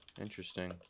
Interesting